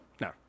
No